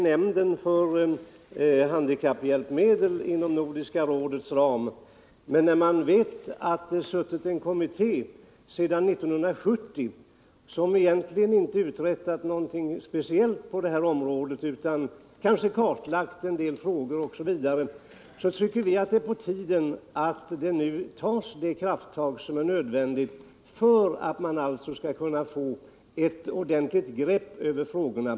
Nämnden för handikapphjälpmedel inom Nordiska rådets ram är visserligen bra, men när man vet att en kommitté suttit sedan 1970 utan att egentligen ha uträttat någonting speciellt på det här området, utom att den kanske kartlagt en del frågor osv., tycker vi att det är på tiden att de krafttag tas som är nödvändiga för att man skall få ett ordentligt grepp över frågorna.